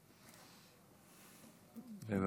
בבקשה.